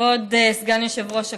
כבוד סגן יושב-ראש הכנסת,